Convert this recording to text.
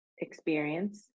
experience